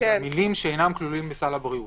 שאינם כלולים בסל הבריאות.